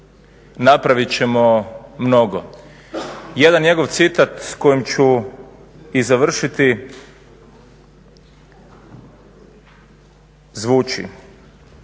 napravit ćemo mnogo. Jedan njegov citati s kojim ću i završiti zvuči: